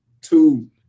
two